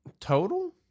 Total